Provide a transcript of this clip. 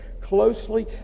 closely